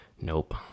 nope